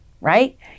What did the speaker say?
right